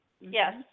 Yes